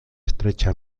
estrecha